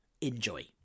Enjoy